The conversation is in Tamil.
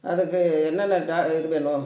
அதுக்கு என்னென்ன டா இது வேணும்